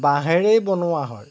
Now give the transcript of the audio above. বাঁহেৰেই বনোৱা হয়